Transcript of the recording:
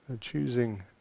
Choosing